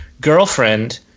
girlfriend